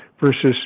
versus